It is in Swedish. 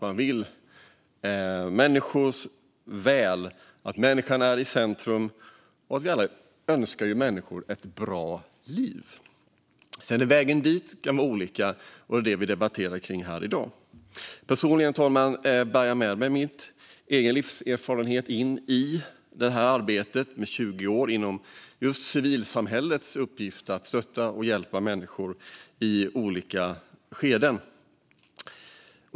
Man vill människor väl. Människan är i centrum, och vi önskar alla människor ett bra liv. Sedan kan vägarna dit vara olika; det är det vi debatterar här i dag. Personligen, fru talman, bär jag med mig min egen livserfarenhet in i det här arbetet. Jag har ägnat 20 år åt civilsamhällets uppgift att stötta och hjälpa människor i olika skeden.